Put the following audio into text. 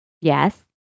Yes